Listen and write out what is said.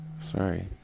Sorry